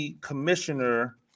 Commissioner